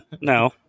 No